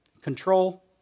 Control